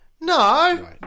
No